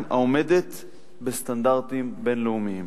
תוכנית לימודים חדשה העומדת בסטנדרטים בין-לאומיים.